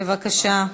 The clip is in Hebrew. בבקשה.